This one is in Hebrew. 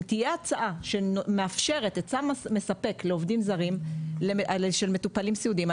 אם תהיה הצעה שמאפשרת היצע מספק לעובדים זרים של מטופלים סיעודיים,